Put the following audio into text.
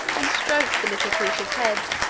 and stroked the little creature's head.